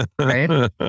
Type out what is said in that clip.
right